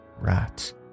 rats